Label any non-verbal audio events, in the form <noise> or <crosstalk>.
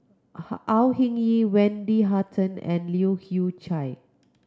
<unintelligible> Au Hing Yee Wendy Hutton and Leu Hew Chye